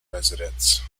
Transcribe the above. residence